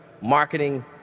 marketing